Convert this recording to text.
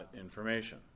information